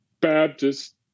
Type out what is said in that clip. Baptist